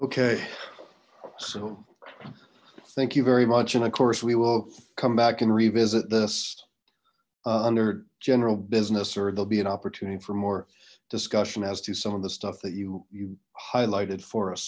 okay so thank you very much and of course we will come back and revisit this under general business or there'll be an opportunity for more discussion as to some of the stuff that you you highlighted for